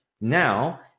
Now